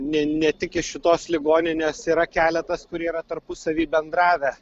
ne ne tik iš šitos ligoninės yra keletas kurie yra tarpusavy bendravę